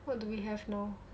what do we have now